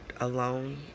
alone